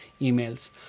emails